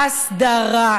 הסדרה.